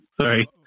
Sorry